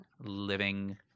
living